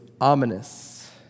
ominous